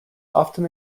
often